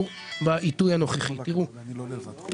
בעיתוי הנוכחי הוא הורדת מחירי הדיור.